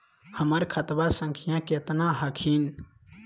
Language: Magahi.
हमर खतवा संख्या केतना हखिन?